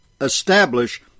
establish